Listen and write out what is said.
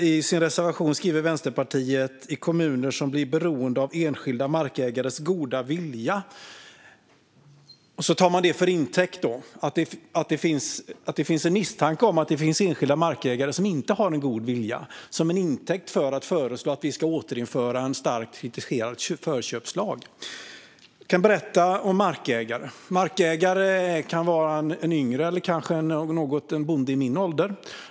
I sin reservation skriver Vänsterpartiet "i kommuner som blir beroende av enskilda markägares goda vilja", och så tar man det till intäkt för att misstänka att det finns enskilda markägare som inte har en god vilja och för att föreslå att vi ska återinföra en starkt kritiserad förköpslag. Jag kan berätta om markägare. Markägare kan vara en yngre bonde eller en bonde i min ålder.